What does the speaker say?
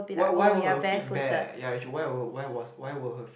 why why were her feet bare ya why was why were her feet